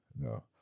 No